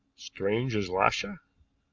strange as lhasa.